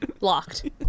locked